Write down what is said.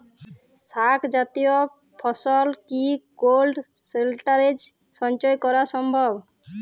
শাক জাতীয় ফসল কি কোল্ড স্টোরেজে সঞ্চয় করা সম্ভব?